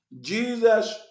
Jesus